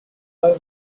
roy